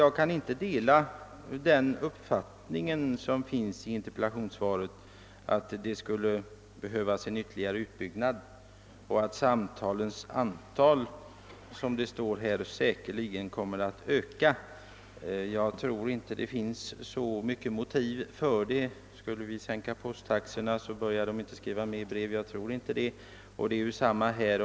Jag kan inte dela uppfattningen i interpellationssvaret att det skulle behövas ytterligare utbyggnad och att samtalens antal, som det står här, säkerligen kommer att öka. Jag tror inte att det finns så mycket motiv för det. Skulle vi sänka posttaxorna, tror jag inte att folk börjar skriva fler brev. Det är samma sak här.